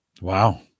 Wow